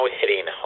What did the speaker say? hitting